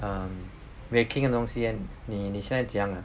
um baking 的东西 eh 你你现在怎样了